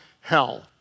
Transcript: hell